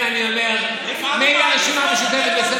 לכן אני אומר: מילא הרשימה המשותפת,